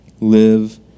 live